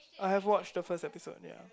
I have watched the first episode ya